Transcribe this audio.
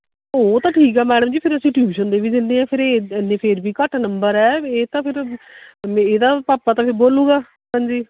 ਉਹ ਤਾਂ ਠੀਕ ਹੈ ਮੈਡਮ ਜੀ ਫਿਰ ਅਸੀਂ ਟਿਊਸ਼ਨ ਦੇ ਵੀ ਦਿੰਦੇ ਹੈ ਫਿਰ ਇਹ ਇੰਨੇ ਫਿਰ ਵੀ ਘੱਟ ਨੰਬਰ ਹੈ ਵੀ ਇਹ ਤਾਂ ਫਿਰ ਮ ਇਹਦਾ ਭਾਪਾ ਤਾਂ ਫਿਰ ਬੋਲੇਗਾ ਹਾਂਜੀ